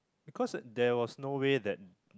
because there was no way that